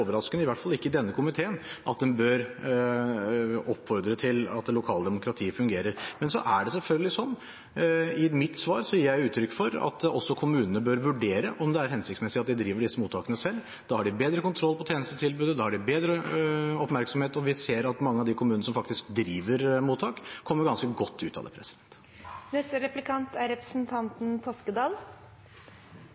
overraskende, i hvert fall ikke i denne komiteen, at man bør oppfordre til at det lokale demokratiet fungerer. Men så er det selvfølgelig sånn at jeg i mitt svar gir uttrykk for at også kommunene bør vurdere om det er hensiktsmessig at de driver disse mottakene selv. Da har de bedre kontroll på tjenestetilbudet, da har de bedre oppmerksomhet, og vi ser at mange av kommunene som faktisk driver mottak, kommer ganske godt ut av det. Det var partikollegaen til statsråden, representanten